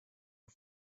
you